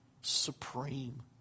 supreme